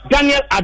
Daniel